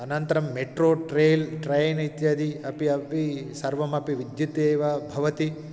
अनन्तरं metro train train इत्यादि अपि अपि सर्वमपि विद्युतेव भवति